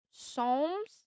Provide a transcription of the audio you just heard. psalms